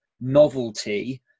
novelty